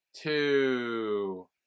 two